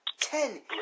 Ten